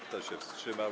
Kto się wstrzymał?